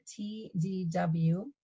TDW